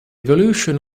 evolution